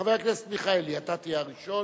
חבר הכנסת מיכאלי, אתה תהיה הראשון.